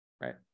right